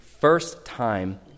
first-time